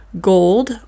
Gold